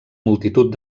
multitud